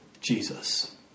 Jesus